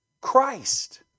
Christ